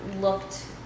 looked